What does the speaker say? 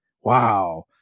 wow